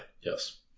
Yes